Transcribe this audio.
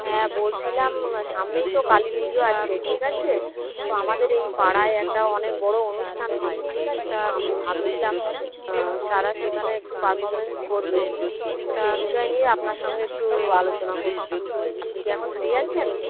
হ্যাঁ বলছিলাম সামনেই তো কালী পুজো আছে ঠিক আছে তো আমাদের এই পাড়ায় একটা অনেক বড়ো অনুষ্ঠান হয় ঠিক আছে তো আমি ভাবছিলাম সারা সেখানে একটু পারফরমেন্স করবে তো সেই বিষয় নিয়ে আপনার সঙ্গে একটু আলোচনা করতাম আপনি কি এখন ফ্রি আছেন